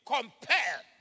compare